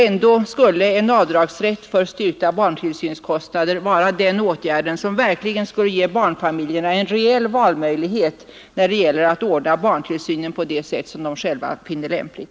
Ändå skulle en avdragsrätt för styrkta barntillsynskostnader vara den åtgärd som verkligen skulle ge barnfamiljerna en reell valmöjlighet när det gäller att ordna barntillsynen på det sätt som de själva finner lämpligt.